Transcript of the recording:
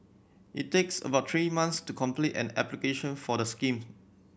it takes about three months to complete an application for the schemes